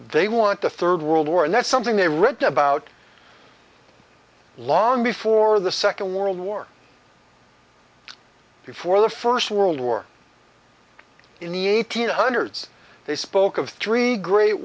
they want a third world war and that's something they read about long before the second world war before the first world war in the eighteen hundreds they spoke of three great